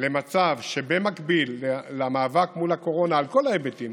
למצב שבמקביל למאבק מול הקורונה על כל ההיבטים,